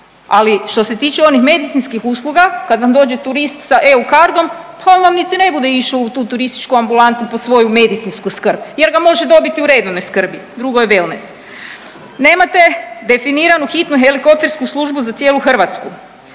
ali što se tiče onih medicinskih usluga kad vam dođe turist sa eucardom pa on vam niti ne bude išao u tu turističku ambulantu po svoju medicinsku skrb jer ga može dobiti u redovnoj skrbi, drugo je wellness. Nemate definiranu hitnu helikoptersku službu za cijelu Hrvatsku.